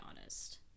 honest